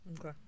Okay